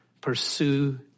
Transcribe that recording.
pursue